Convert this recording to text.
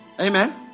Amen